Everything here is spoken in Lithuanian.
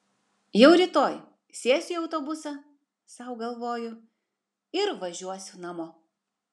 jau rytoj sėsiu į autobusą sau galvoju ir važiuosiu namo